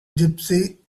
gypsy